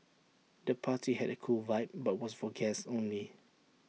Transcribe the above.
the party had A cool vibe but was for guests only